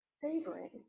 savoring